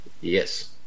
Yes